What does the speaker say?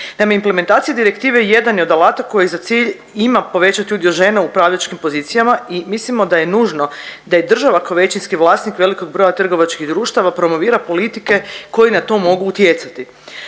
Naime, implementacija direktive jedan je od alata koji za cilj ima povećati udio žena u upravljačkim pozicijama i mislimo da je nužno da i država kao većinski vlasnik velikog broja trgovačkih društava promovira politike koje na to mogu utjecati.